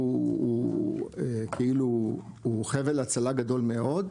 הוא כאילו חבל הצלה גדול מאוד,